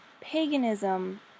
paganism